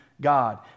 God